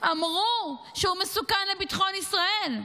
אמרו שהוא מסוכן לביטחון ישראל.